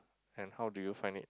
and how do you find it